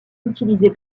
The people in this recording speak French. utilisée